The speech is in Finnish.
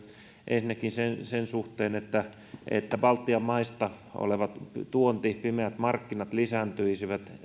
ensinnäkin sen sen suhteen että että tuonti baltian maista ja pimeät markkinat lisääntyisivät